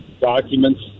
documents